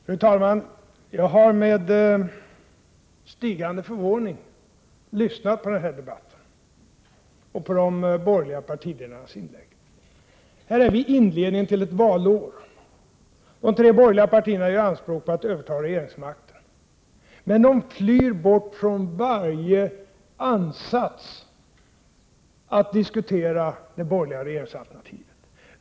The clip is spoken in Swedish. Fru talman! Jag har med stigande förvåning lyssnat på den här debatten och på de borgerliga partiledarnas inlägg. Här befinner vi oss i inledningen till ett valår. De tre borgerliga partierna gör anspråk på att överta regeringsmakten. Men de flyr bort från varje ansats att diskutera det borgerliga regeringsalternativet.